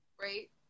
right